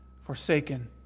forsaken